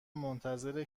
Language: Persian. منتظر